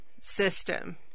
system